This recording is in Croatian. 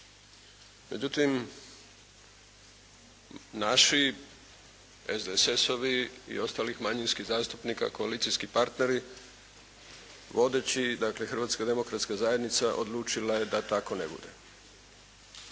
Međutim, naši SDSS-ovi i ostalih manjinskih zastupnika koalicijski partneri vodeći, dakle Hrvatska demokratska zajednica odlučila je da tako ne bude.